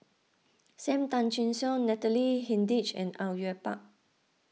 Sam Tan Chin Siong Natalie Hennedige and Au Yue Pak